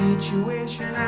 Situation